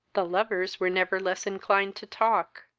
the lovers were never less inclined to talk.